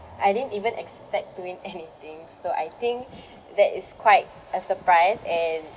I didn't even expect to win anything so I think that is quite a surprise and